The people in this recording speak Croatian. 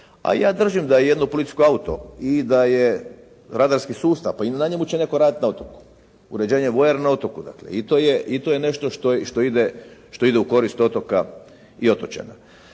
A ja držim da i jedan policijski auto i da je radarski sustav, pa i na njemu će netko raditi na otoku. Uređenje vojarne na otoku. Dakle, i to je nešto što ide u korist otoka i otočana.